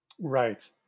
right